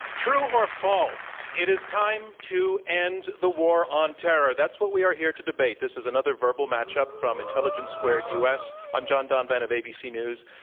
true or false it is time to end the war on terror. that's what we are here to debate. this is another verbal match-up from intelligence squared u. s. i'm john donvan of abc news.